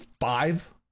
five